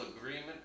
agreement